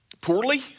poorly